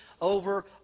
over